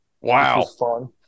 Wow